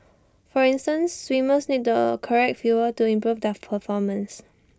for instance swimmers need the correct fuel to improve their performance